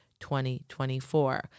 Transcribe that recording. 2024